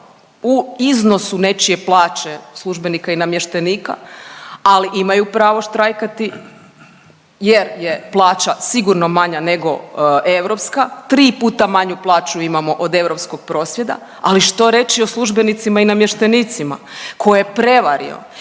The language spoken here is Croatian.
u iznosu nečije plaće službenika i namještenika, ali imaju pravo štrajkati jer je plaća sigurno manja nego europska, tri puta manju plaću imamo od europskog prosjeka, ali što reći o službenicima i namještenicima koje je prevario,